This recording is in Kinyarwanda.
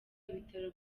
ibitaro